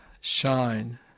shine